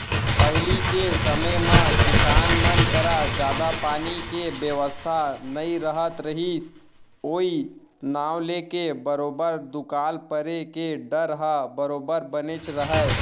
पहिली के समे म किसान मन करा जादा पानी के बेवस्था नइ रहत रहिस ओई नांव लेके बरोबर दुकाल परे के डर ह बरोबर बनेच रहय